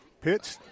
Pitch